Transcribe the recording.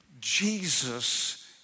Jesus